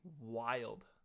wild